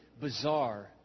bizarre